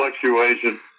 fluctuation